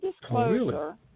disclosure